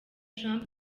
trump